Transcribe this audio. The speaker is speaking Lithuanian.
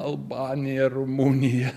albanija rumunija